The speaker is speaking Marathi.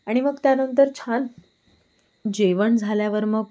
आणि मग त्या नंतर छान जेवण झाल्यावर मग